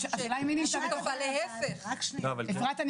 אפרת,